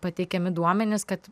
pateikiami duomenys kad